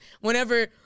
whenever